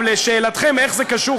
לשאלתכם איך זה קשור,